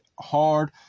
hard